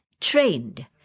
trained